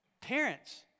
Parents